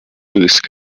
ریسک